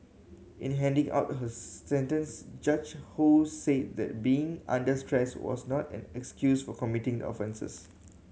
in handing out her sentence Judge Ho said that being under stress was not an excuse for committing the offences